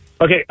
Okay